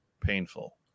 painful